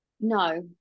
No